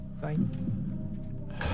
Fine